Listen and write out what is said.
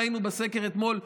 ראינו בסקר אתמול,